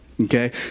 okay